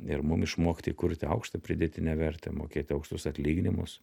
ir mum išmokti kurti aukštą pridėtinę vertę mokėti aukštus atlyginimus